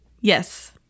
yes